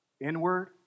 inward